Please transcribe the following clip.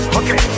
okay